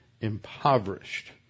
impoverished